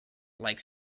like